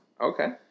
Okay